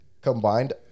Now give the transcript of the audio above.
Combined